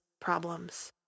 problems